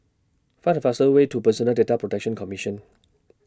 Find The fastest Way to Personal Data Protection Commission